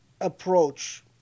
approach